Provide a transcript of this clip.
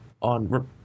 on